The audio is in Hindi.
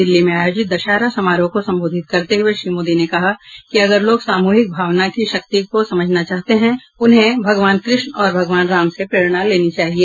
दिल्ली में आयोजित दशहरा समारोह को संबोधित करते हुए श्री मोदी ने कहा कि अगर लोग सामूहिक भावना की शक्ति को समझना चाहते हैं तो उन्हें भगवान कृष्ण और भगवान राम से प्रेरणा लेनी चाहिए